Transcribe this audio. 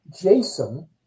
Jason